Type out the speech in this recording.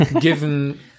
given